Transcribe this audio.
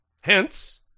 Hence